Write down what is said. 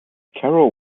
carroll